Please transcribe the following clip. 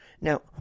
Now